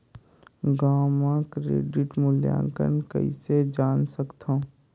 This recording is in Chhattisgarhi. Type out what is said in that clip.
गांव म क्रेडिट मूल्यांकन कइसे जान सकथव?